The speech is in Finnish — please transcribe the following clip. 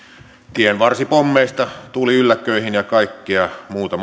tienvarsipommeista tuliylläkköihin ja kaikkea muuta